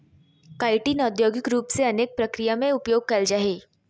chitin औद्योगिक रूप से अनेक प्रक्रिया में उपयोग कइल जाय हइ